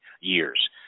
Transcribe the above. years